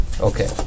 Okay